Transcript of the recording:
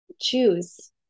choose